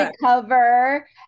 cover